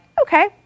okay